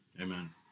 amen